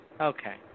Okay